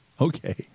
okay